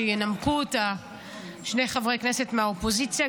שינמקו אותה שני חברי כנסת מהאופוזיציה,